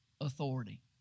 authority